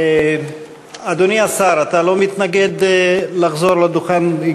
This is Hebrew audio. אדוני השר, אתה לא מתנגד לחזור לדוכן?